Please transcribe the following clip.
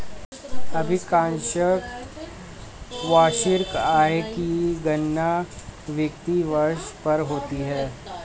अधिकांशत वार्षिक आय की गणना वित्तीय वर्ष पर होती है